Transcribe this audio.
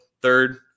third